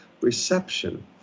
reception